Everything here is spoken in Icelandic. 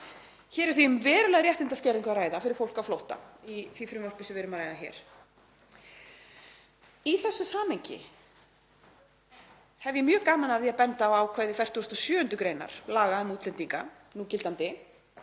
Það er því um verulega réttindaskerðingu að ræða fyrir fólk á flótta í því frumvarpi sem við erum að ræða hér. Í þessu samhengi hef ég mjög gaman af því að benda á ákvæði 47. gr. núgildandi laga um útlendinga sem